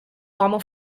uomo